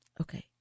Okay